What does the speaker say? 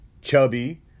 chubby